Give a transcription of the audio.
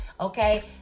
okay